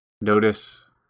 notice